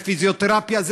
זה פיזיותרפיה,